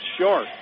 Short